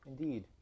Indeed